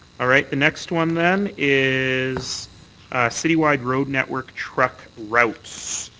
all right. the next one then is citywide road network truck routes.